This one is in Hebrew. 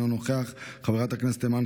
חבר הכנסת אבי מעוז,